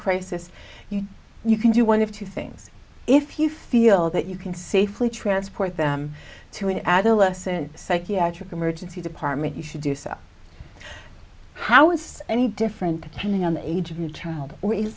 crisis you you can do one of two things if you feel that you can safely transport them to an adolescent psychiatric emergency department you should do so how is this any different opinion on the age of your child or is